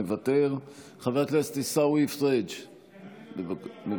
מוותר, חבר הכנסת עיסאווי פריג' מוותר.